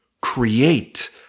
create